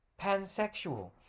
pansexual